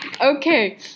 Okay